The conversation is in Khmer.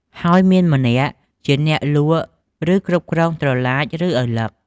ហើយមានម្នាក់ជាអ្នកលក់ឬគ្រប់គ្រងត្រឡាចឬឪឡឹក។